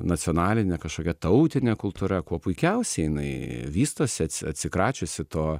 nacionalinė kažkokia tautinė kultūra kuo puikiausiai jinai vystosi atsi atsikračiusi to